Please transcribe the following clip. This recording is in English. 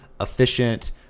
efficient